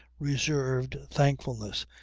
reserved, thankfulness,